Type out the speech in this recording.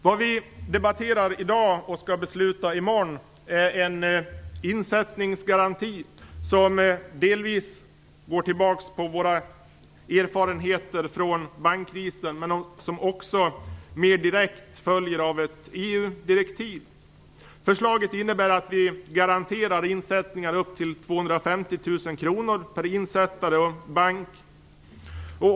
Det vi debatterar i dag och skall besluta i morgon är en insättningsgaranti som delvis går tillbaka på våra erfarenheter från bankkrisen, men som också mer direkt följer av ett EU-direktiv. Förslaget innebär att vi garanterar insättningar upp till 250 000 kr per insättare och bank.